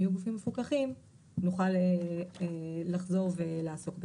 יהיו מפוקחים נוכל לחזור ולעסוק בזה.